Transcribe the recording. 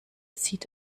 sieht